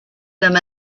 them